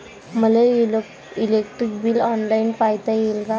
मले electric bill online पायता येईन का?